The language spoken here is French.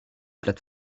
plates